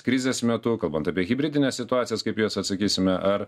krizės metu kalbant apie hibridines situacijas kaip juos atsakysime ar